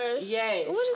Yes